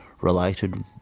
related